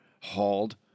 hauled